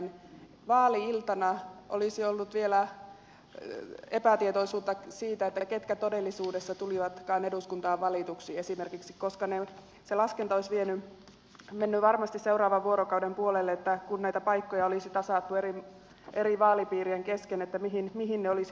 vaali iltana olisi ollut vielä epätietoisuutta siitä ketkä todellisuudessa tulivatkaan eduskuntaan valituiksi koska esimerkiksi se laskenta olisi mennyt varmasti seuraavan vuorokauden puolelle kun näitä paikkoja olisi tasattu eri vaalipiirien kesken että mihin ne olisivat menneet